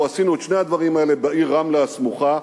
עשינו את שני הדברים האלה בעיר רמלה הסמוכה,